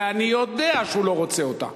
ואני יודע שהוא לא רוצה אותה.